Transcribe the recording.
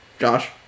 Josh